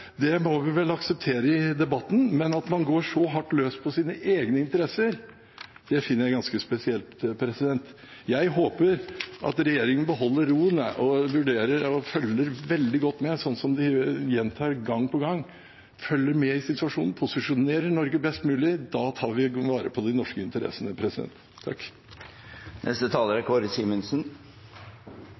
må vi vel akseptere i debatten, men at man går så hardt løs på sine egne interesser, finner jeg ganske spesielt. Jeg håper at regjeringen beholder roen og følger veldig godt med, sånn som de har gjentatt gang på gang at de gjør: følger med på situasjonen og posisjonerer Norge best mulig. Da tar vi vare på de norske interessene.